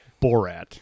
Borat